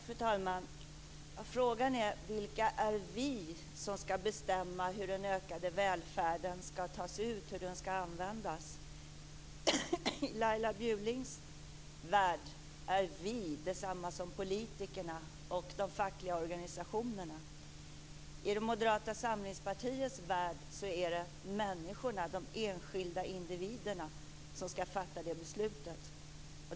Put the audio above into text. Fru talman! Frågan är: Vilka är vi som skall bestämma hur den ökade välfärden skall tas ut och hur den skall användas? I Laila Bjurlings värld är vi detsamma som politikerna och de fackliga organisationerna. I Moderata samlingspartiets värld är det människorna, de enskilda individerna som skall fatta det beslutet.